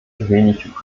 wenig